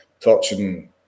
touching